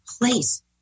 place